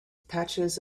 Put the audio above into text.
patches